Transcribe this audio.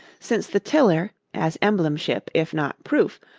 since the tiller, as emblemship, if not proof,